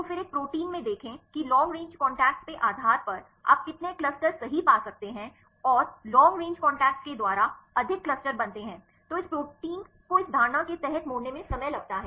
तो फिर एक प्रोटीन में देखें कि लॉन्ग रेंज कॉन्टैक्ट्स के आधार पर आप कितने क्लस्टर सही पा सकते हैं और लॉन्ग रेंज कॉन्टैक्ट्स के द्वारा अधिक क्लस्टर बनते हैं तो इस प्रोटीन को इस धारणा के तहत मोड़ने में समय लगता है